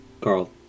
Carl